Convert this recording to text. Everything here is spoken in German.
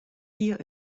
hier